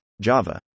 Java